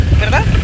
¿verdad